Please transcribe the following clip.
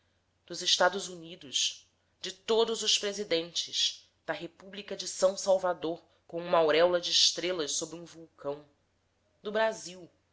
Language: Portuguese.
dos estados unidos de todos os presidentes da república de são salvador com uma auréola de estrelas sobre um vulcão do brasil